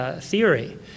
theory